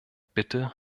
bitte